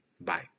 bye